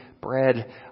bread